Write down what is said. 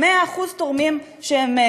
100% תורמים שהם,